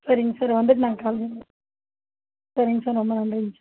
சரிங்க சார் வந்துவிட்டு நாங்கள் கால் பண்ணுறோம் சரிங்க சார் ரொம்ப நன்றிங்க சார்